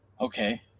Okay